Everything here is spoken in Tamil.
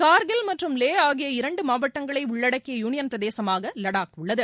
கார்கில் மற்றும் லே ஆகிய இரண்டு மாவட்டங்களை உள்ளடக்கிய யூனியன் பிரதேசமாக லடாக் உள்ளது